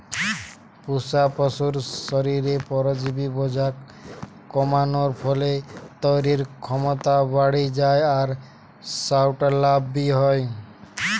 পুশা পশুর শরীরে পরজীবি বোঝা কমানার ফলে তইরির ক্ষমতা বাড়ি যায় আর সউটা লাভ বি হয়